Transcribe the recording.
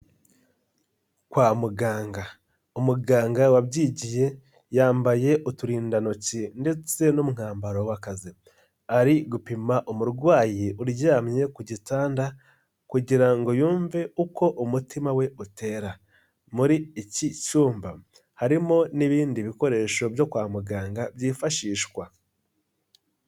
Kwa muganga umuganga wabyigiye yambaye uturindantoki ndetse n'umwambaro w'akazi ari gupima umurwayi uryamye ku gitanda kugira ngo yumve uko umutima we utera, muri iki cyumba harimo n'ibindi bikoresho byo kwa muganga byifashishwa.